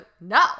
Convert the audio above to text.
no